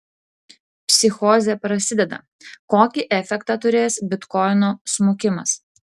psichozė prasideda kokį efektą turės bitkoino smukimas